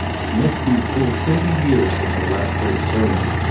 it must be fully twenty years since i last heard a sermon,